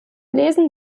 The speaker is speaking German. lesen